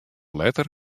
letter